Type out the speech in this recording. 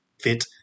fit